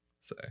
say